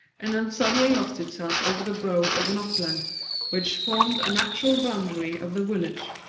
and then suddenly lost itself over the brow of an upland which formed a natural boundary of the village.